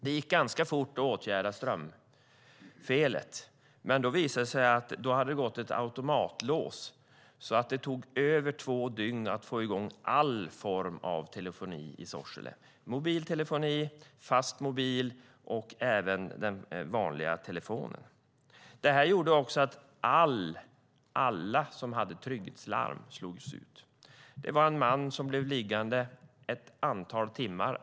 Det gick ganska fort att åtgärda strömfelet, men sedan visade det sig att ett automatlås hade löst ut, så det tog över två dygn att få i gång alla former av telefoni i Sorsele - mobiltelefoni, fastmobil och även den vanliga telefonen. Det här gjorde också att alla trygghetslarm slogs ut. Det var en man som blev liggande ett antal timmar.